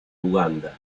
uganda